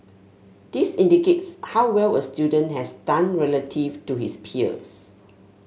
this indicates how well a student has done relative to his peers